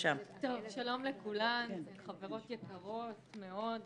שלום לכולן, חברות יקרות מאוד.